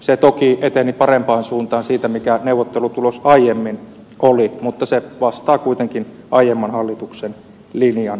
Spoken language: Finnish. se toki eteni parempaan suuntaan siitä mikä neuvottelutulos aiemmin oli mutta se vastaa kuitenkin aiemman hallituksen linjanvetoa